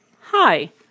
hi